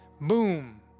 boom